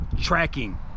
tracking